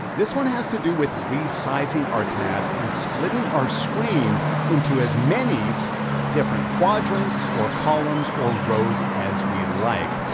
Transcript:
this one has to do with resizing our tabs, and splitting our screen into as many different quadrants, or columns, or rows, as we like.